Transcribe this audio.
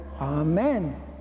Amen